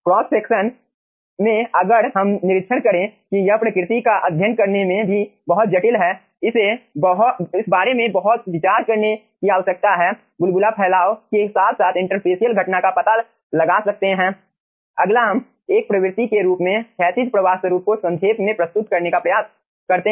cross section में अगर हम निरीक्षण करें कि यह प्रकृति का अध्ययन करने में भी बहुत जटिल है इस बारे में बहुत विचार करने की आवश्यकता है बुलबुला फैलाव के साथ साथ इंटरफैसिअल घटना का पता लगा सकते हैं अगला हम एक प्रवृत्ति के रूप में क्षैतिज प्रवाह स्वरूप को संक्षेप में प्रस्तुत करने का प्रयास करते हैं